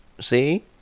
See